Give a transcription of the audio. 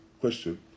question